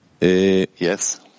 Yes